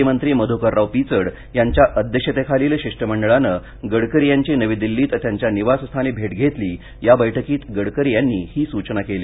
माजी मंत्री मध्यकरराव पिचड यांच्या अध्यक्षतेखालील शिष्टमंडळानं गडकरी यांची नवी दिल्लीत त्यांच्या निवासस्थानी भेट घेतली या बैठकीत गडकरी यांनी ही सूचना केली